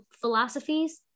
philosophies